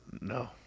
No